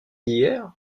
d’hier